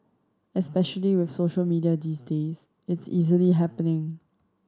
especially with social media these days it's easily happening